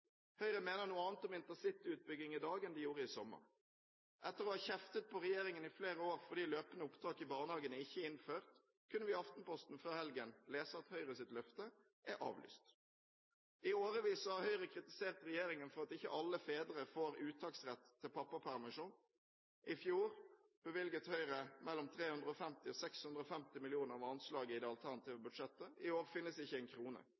Høyre mener noe annet om intercityutbygging i dag enn de gjorde i sommer. Etter å ha kjeftet på regjeringen i flere år fordi løpende opptak i barnehagene ikke er innført, kunne vi i Aftenposten før helgen lese at Høyres løfte er avlyst. I årevis har Høyre kritisert regjeringen for at ikke alle fedre får uttaksrett til pappapermisjon. I fjor var anslaget i det alternative budsjettet mellom 350 og 650 mill. kr, i år finnes ikke en krone,